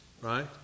right